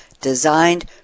designed